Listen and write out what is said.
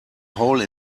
hole